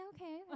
okay